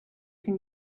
can